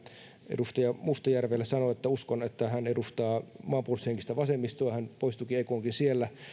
edustaja mustajärvelle sanoa että uskon että hän edustaa maanpuolustushenkistä vasemmistoa hän poistuikin ei kun onkin